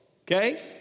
okay